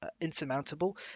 insurmountable